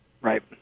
Right